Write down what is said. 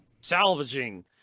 salvaging